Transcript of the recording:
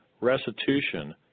restitution